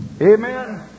Amen